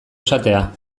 esatea